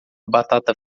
batata